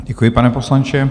Děkuji, pane poslanče.